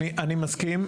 אני מסכים.